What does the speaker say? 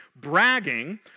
bragging